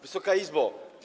Wysoka Izbo!